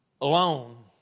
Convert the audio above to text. alone